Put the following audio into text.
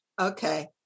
Okay